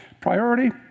priority